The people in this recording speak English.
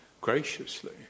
graciously